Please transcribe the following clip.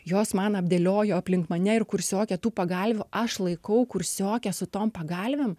jos man apdėliojo aplink mane ir kursiokę tų pagalvių aš laikau kursiokę su tom pagalvėm